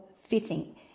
fitting